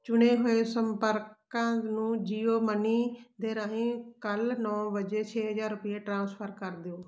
ਚੁਣੇ ਹੋਏ ਸੰਪਰਕਾਂ ਨੂੰ ਜੀਓ ਮਨੀ ਦੇ ਰਾਹੀਂ ਕੱਲ ਨੌਂ ਵਜੇ ਛੇ ਹਜ਼ਾਰ ਰੁਪਈਏ ਟ੍ਰਾਂਸਫਰ ਕਰ ਦਿਓ